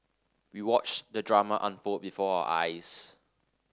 we watched the drama unfold before our eyes